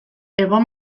hego